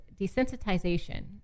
desensitization